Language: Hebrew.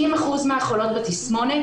מפלה מהחברה ומהסביבה,